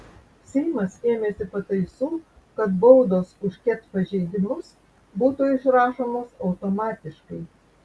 seimas ėmėsi pataisų kad baudos už ket pažeidimus būtų išrašomos automatiškai